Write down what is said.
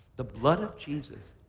the blood of jesus,